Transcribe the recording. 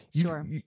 Sure